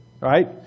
right